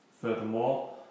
Furthermore